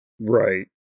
Right